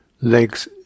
legs